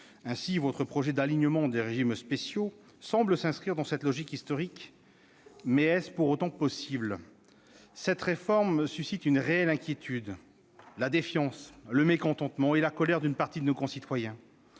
Ainsi, votre projet d'alignement des régimes spéciaux semble s'inscrire dans cette logique historique. Mais est-ce pour autant possible ? Cette réforme suscite une réelle inquiétude, la défiance, le mécontentement et la colère d'une partie de nos concitoyens.